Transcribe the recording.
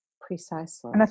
precisely